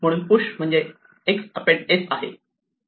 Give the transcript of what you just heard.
म्हणून पुश म्हणजेच अपेंड आहे